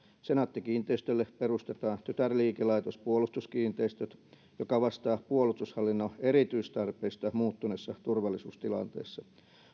senaatti kiinteistöille perustetaan tytärliikelaitos puolustuskiinteistöt joka vastaa puolustushallinnon erityistarpeista muuttuneessa turvallisuustilanteessa